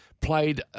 played